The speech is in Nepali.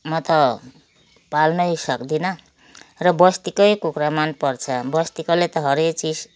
म त पाल्नै सक्दिनँ र बस्तीकै कुखुरा मनपर्छ बस्तीकोले त हरेक चिज